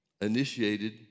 initiated